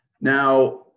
Now